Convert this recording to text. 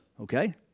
Okay